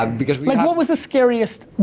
um because we what was the scariest?